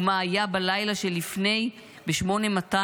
ומה היה בלילה שאחרי ב-8200,